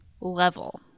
Level